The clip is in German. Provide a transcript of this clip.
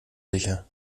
sicher